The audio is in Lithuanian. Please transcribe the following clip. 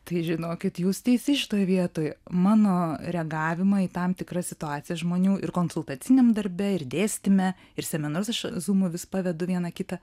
tai žinokit jūs teisi šitoj vietoj mano reagavimą į tam tikrą situaciją žmonių ir konsultaciniam darbe ir dėstyme ir seminarus aš zumu vis pavedu vieną kitą